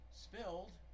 spilled